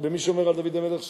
ומי שאומר על דוד המלך שחטא,